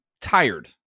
tired